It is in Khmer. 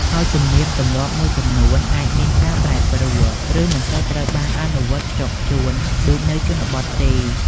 ហើយទំនៀមទម្លាប់មួយចំនួនអាចមានការប្រែប្រួល ឬមិនសូវត្រូវបានអនុវត្តន៍ខ្ជាប់ខ្ជួនដូចនៅជនបទទេ។